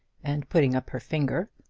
and putting up her finger.